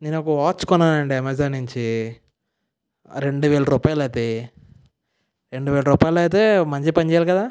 నేను ఒక వాచ్ కొన్నాను అండి అమెజాన్ నుంచి రెండు వేల రూపాయలు అది రెండు వేల రూపాయలు అయితే మంచిగా పని చెయ్యాలి కదా